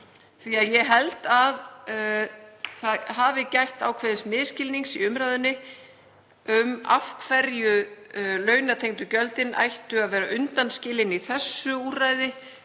Ég held að það hafi gætt ákveðins misskilnings í umræðunni um af hverju launatengdu gjöldin ættu að vera undanskilin í þessu úrræði